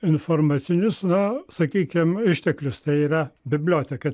informacinius na sakykim išteklius tai yra biblioteka